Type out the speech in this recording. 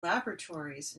laboratories